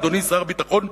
אדוני שר הביטחון,